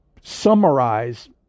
summarize